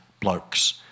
blokes